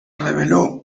rebeló